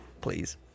Please